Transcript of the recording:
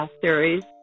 series